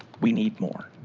we need more.